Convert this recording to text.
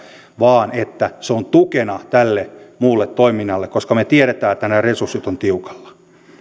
vaan että se on tukena tälle muulle toiminnalle koska me tiedämme että nämä resurssit ovat tiukalla